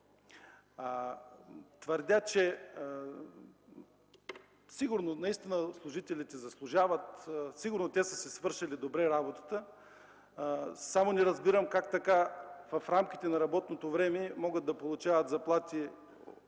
разпределяли. Сигурно наистина служителите заслужават, сигурно те са си свършили добре работата, само не разбирам как така в рамките на работното време могат да получават заплати